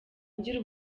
ngira